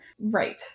Right